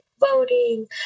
voting